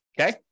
okay